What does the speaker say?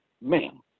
Ma'am